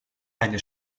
eine